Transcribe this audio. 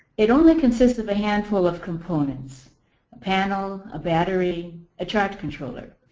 it only consists of a handful of components a panel, a battery, a charge controller.